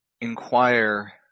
inquire